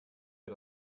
wir